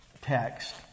text